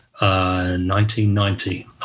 1990